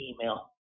email